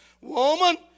Woman